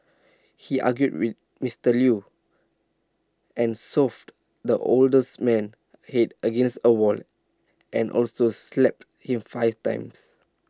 he argued with Mister Lew and shoved the older man's Head against A wall and also slapped him five times